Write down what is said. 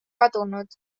kadunud